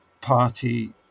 Party